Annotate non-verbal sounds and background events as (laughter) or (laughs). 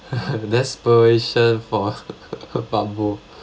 (laughs) desperation for bubble